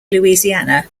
louisiana